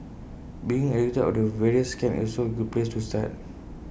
being educated of the various scams is also A good place to start